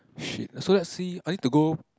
shit so let's see I need to go